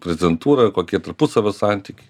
prezidentūra kokie tarpusavio santykiai